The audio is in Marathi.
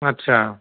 अच्छा